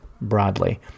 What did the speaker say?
broadly